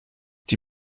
die